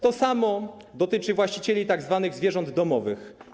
To samo dotyczy właścicieli tzw. zwierząt domowych.